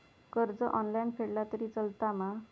कर्ज ऑनलाइन फेडला तरी चलता मा?